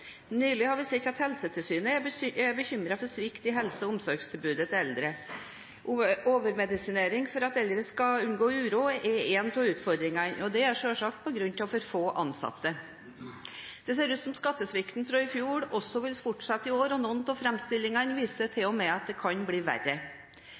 Nylig har vi sett at Helsetilsynet er bekymret for svikt i helse- og omsorgstilbudet til eldre. Overmedisinering for at eldre skal unngå uro, er en av utfordringene, og det er selvsagt på grunn av for få ansatte. Det ser ut som om skattesvikten fra i fjor også vil fortsette i år, og noen av framstillingene viser til og med at det kan bli verre.